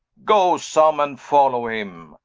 go some and follow him,